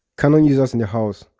canon users in the house,